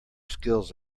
skills